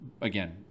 again